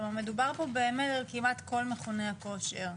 מדובר פה באמת על כמעט כל מכוני הכושר.